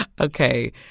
Okay